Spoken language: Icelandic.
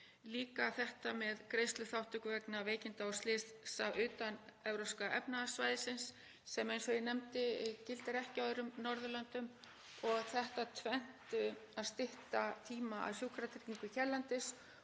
líka þetta með greiðsluþátttöku vegna veikinda og slysa utan Evrópska efnahagssvæðisins sem, eins og ég nefndi, gildir ekki á öðrum Norðurlöndum og þetta tvennt, að stytta tíma að sjúkratryggingu hérlendis